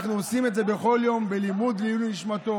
אנחנו עושים את זה בכל יום בלימוד לעילוי נשמתו.